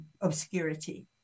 obscurity